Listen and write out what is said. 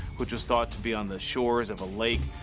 which was thought to be on the shores of a lake.